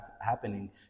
happening